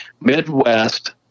Midwest